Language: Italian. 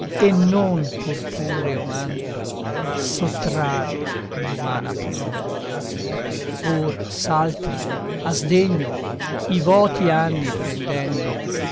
e non purpureo manto sottrar l'umana prole or s'altri a sdegno i vòti anni prendendo